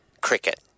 Cricket